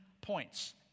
points